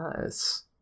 Nice